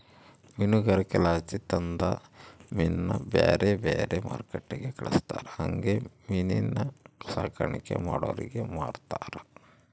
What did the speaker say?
ಮೀನುಗಾರಿಕೆಲಾಸಿ ತಂದ ಮೀನ್ನ ಬ್ಯಾರೆ ಬ್ಯಾರೆ ಮಾರ್ಕೆಟ್ಟಿಗೆ ಕಳಿಸ್ತಾರ ಹಂಗೆ ಮೀನಿನ್ ಸಾಕಾಣಿಕೇನ ಮಾಡೋರಿಗೆ ಮಾರ್ತಾರ